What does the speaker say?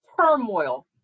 turmoil